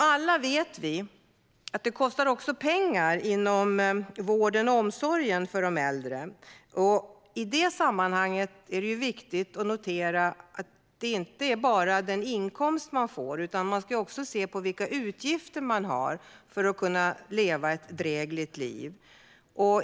Alla vet vi att vården och omsorgen för de äldre kostar. I det sammanhanget är det viktigt att notera att det inte bara handlar om inkomsten utan att det också handlar om utgifterna för att leva ett drägligt liv.